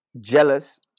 jealous